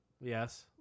Yes